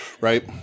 Right